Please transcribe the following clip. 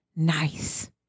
nice